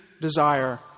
desire